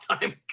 time